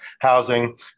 housing